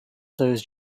those